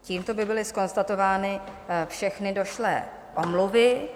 Tímto by byly zkonstatovány všechny došlé omluvy.